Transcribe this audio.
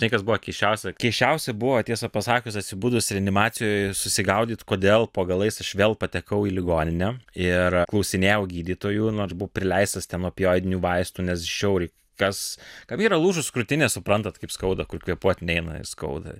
žinai kas buvo keisčiausia keisčiausia buvo tiesą pasakius atsibudus reanimacijoj susigaudyt kodėl po galais aš vėl patekau į ligoninę ir klausinėjau gydytojų nors buvau prileistas ten opioidinių vaistų nes žiauriai kas kam yra lūžus krūtinė suprantat kaip skauda kur kvėpuot neina skauda